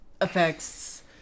effects